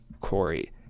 Corey